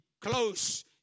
close